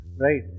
right